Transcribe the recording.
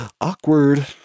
awkward